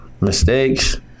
mistakes